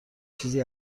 چیزی